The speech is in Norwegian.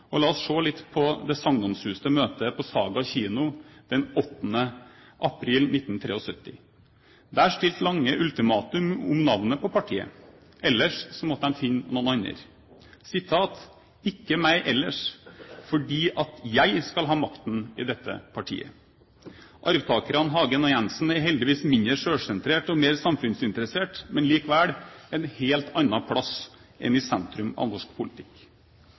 Lange. La oss se litt på det sagnomsuste møtet på Saga kino den 8. april 1973. Der stilte Lange ultimatum om navnet på partiet. Ellers måtte de finne en annen. «… ikke meg ellers. Fordi at jeg skal ha makten i det partiet!» Arvtakerne Hagen og Jensen er heldigvis mindre selvsentrerte og mer samfunnsinteresserte. Men de er likevel en helt annen plass enn i sentrum av norsk politikk.